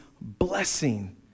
blessing